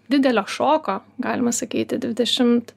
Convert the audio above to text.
didelio šoko galima sakyti dvidešimt